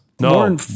No